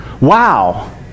Wow